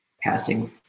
passing